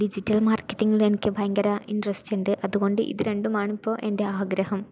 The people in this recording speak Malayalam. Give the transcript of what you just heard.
ഡിജിറ്റൽ മാർക്കറ്റിംഗിൽ എനിക്ക് ഭയങ്കര ഇൻട്രസ്റ്റ് ഉണ്ട് ഇത് രണ്ടുമാണ് ഇപ്പോൾ എൻ്റെ ആഗ്രഹം